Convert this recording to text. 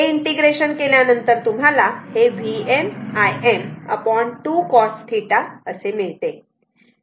integration केल्यानंतर तुम्हाला हे Vm Im 2 cos θ असे मिळते